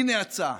הינה ההצעה: